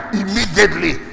immediately